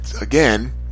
Again